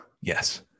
Yes